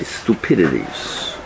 stupidities